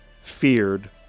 feared